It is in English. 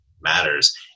matters